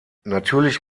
natürlich